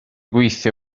gweithio